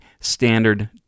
standard